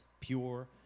pure